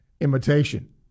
imitation